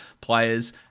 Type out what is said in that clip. players